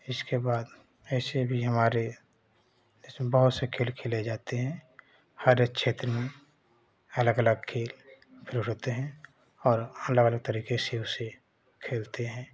इसके बाद ऐसे भी हमारे बहुत से खेल खेले जाते हैं हरेक क्षेत्र में अलग अलग खेल होते हैं और अलग अलग तरीके से उसे खेलते हैं